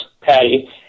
Patty